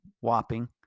whopping